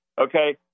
okay